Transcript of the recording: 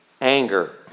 anger